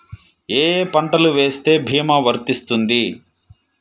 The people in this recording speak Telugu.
ఏ ఏ పంటలు వేస్తే భీమా వర్తిస్తుంది?